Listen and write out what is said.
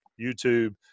YouTube